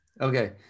Okay